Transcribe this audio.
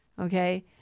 Okay